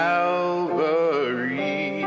Calvary